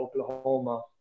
Oklahoma